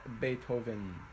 Beethoven